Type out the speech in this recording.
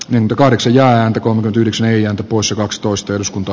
niin koviksi ja ääntä kohonnut ylös neljä poissa kaksitoista eduskunta